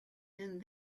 and